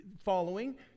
following